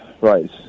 right